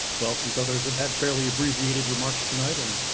well since others have had fairly abbreviated remarks tonight and.